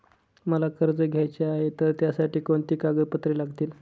मला कर्ज घ्यायचे आहे तर त्यासाठी कोणती कागदपत्रे लागतील?